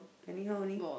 anyhow only